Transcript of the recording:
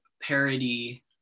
parody